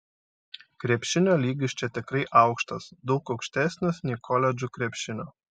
krepšinio lygis čia tikrai aukštas daug aukštesnis nei koledžų krepšinio